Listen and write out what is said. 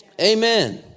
Amen